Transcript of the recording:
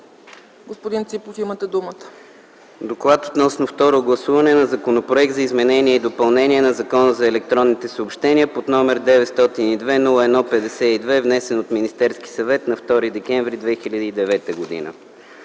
Господин Ципов, имате думата.